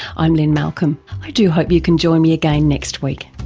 i'm lynne malcolm. i do hope you can join me again next week.